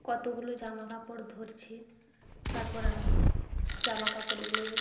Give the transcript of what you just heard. কতোগুলো জামা কাপড় ধরছে তারপর আমি জামা কাপড়গুলোর